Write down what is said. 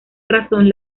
razón